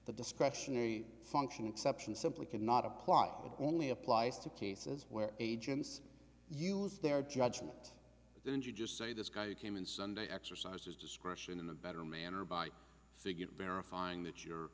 the discretionary function exception simply could not apply it only applies to cases where agents use their judgment and you just say this guy you came in sunday exercised his discretion in a better manner by figure verifying that your